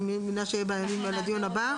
אני מאמינה שיהיה בדיון הבא.